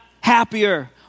happier